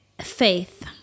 faith